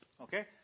Okay